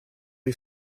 est